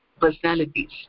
personalities